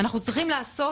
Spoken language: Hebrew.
אנחנו צריכים לעשות